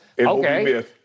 okay